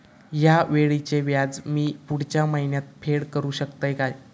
हया वेळीचे व्याज मी पुढच्या महिन्यात फेड करू शकतय काय?